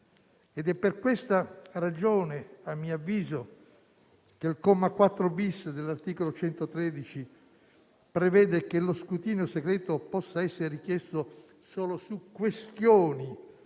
È per questa ragione, a mio avviso, che il comma 4-*bis* dell'articolo 113 prevede che lo scrutinio segreto possa essere richiesto solo su questioni